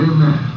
Amen